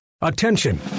Attention